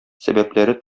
сәбәпләре